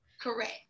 Correct